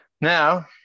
Now